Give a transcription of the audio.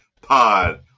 Pod